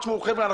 תשמעו חבר'ה,